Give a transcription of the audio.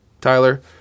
Tyler